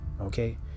okay